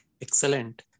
Excellent